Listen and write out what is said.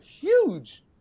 huge